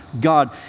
God